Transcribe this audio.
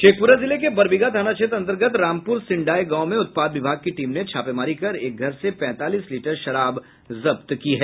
शेखपुरा जिले के बरबीघा थाना क्षेत्र अंतर्गत रामपुर सिन्डाय गांव में उत्पाद विभाग की टीम ने छापामारी कर एक घर से पैंतालीस लीटर शराब जब्त की है